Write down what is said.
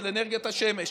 של אנרגיית השמש.